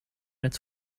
its